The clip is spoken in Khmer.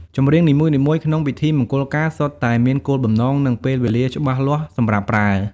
ចម្រៀងនីមួយៗក្នុងពិធីមង្គលការសុទ្ធតែមានគោលបំណង និងពេលវេលាច្បាស់លាស់សម្រាប់ប្រើ។